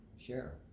share